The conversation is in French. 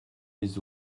les